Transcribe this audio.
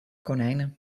konijnen